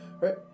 right